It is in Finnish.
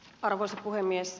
arvoisa puhemies